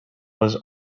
was